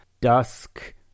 dusk